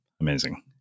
Amazing